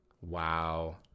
Wow